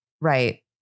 Right